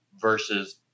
versus